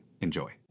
Enjoy